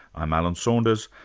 i'm alan saunders,